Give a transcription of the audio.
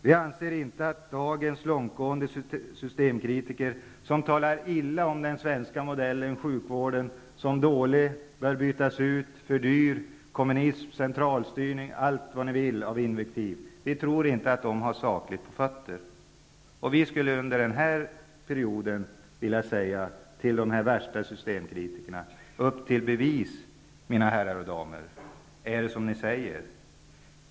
Vi anser inte att dagens långtgående systemkritiker -- som talar illa om den svenska modellen och sjukvården, och anser att den är dålig och skall bytas, för dyr, som talar om kommunism, centralstyrning, och kommer med allt vad som finns av invektiv -- inte har på fötterna i sakfrågan. Vi säger till de värsta systemkritikerna: ''Upp till bevis, mina herrar och damer. Är det som ni säger?''